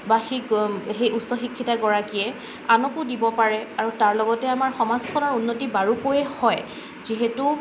বা সেই সেই উচ্চ শিক্ষিতা গৰাকীয়ে আনকো দিব পাৰে আৰু তাৰ লগতে আমাৰ সমাজখনৰো উন্নতি বাৰুকৈয়ে হয় যিহেতু